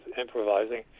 improvising